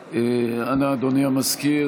בעד אדוני המזכיר,